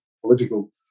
political